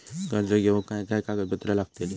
कर्ज घेऊक काय काय कागदपत्र लागतली?